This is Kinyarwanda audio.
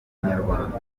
inyarwanda